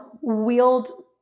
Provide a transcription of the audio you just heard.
wield